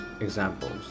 examples